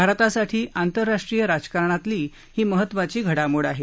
भारतासाठी आंतरराष्ट्रीय राजकारणात ही महत्त्वाची घडामोड आहे